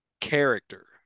character